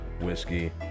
whiskey